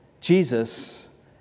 Jesus